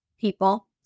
People